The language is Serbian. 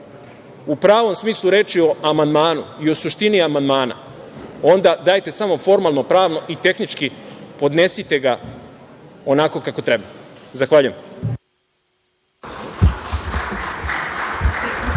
u pravom smislu reči o amandmanu i o suštini amandmana, onda dajte samo formalno-pravno i tehnički ga podnesite onako kako treba. Zahvaljujem.(Enis